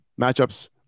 matchups